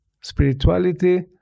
spirituality